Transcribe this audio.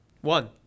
One